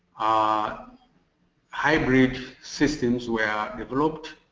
ah hybrid systems were developed